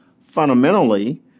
Fundamentally